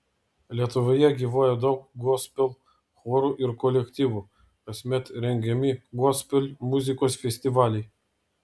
lietuvoje gyvuoja daug gospel chorų ir kolektyvų kasmet rengiami gospel muzikos festivaliai